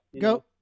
Go